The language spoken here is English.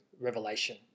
revelation